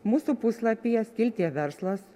mūsų puslapyje skiltyje verslas